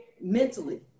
mentally